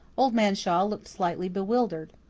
old man shaw looked slightly bewildered.